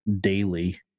daily